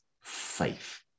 faith